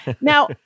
Now